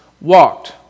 walked